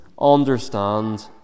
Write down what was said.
understand